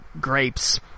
grapes